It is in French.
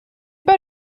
pas